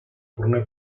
forner